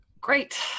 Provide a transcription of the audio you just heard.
Great